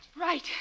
Right